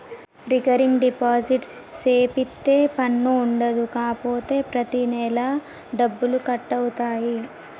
recurring deposit సేపిత్తే పన్ను ఉండదు కాపోతే ప్రతి నెలా డబ్బులు కట్ అవుతాయి